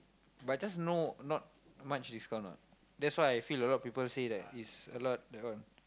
but just know not much discount lah that's why I feel a lot people say that it's a lot that one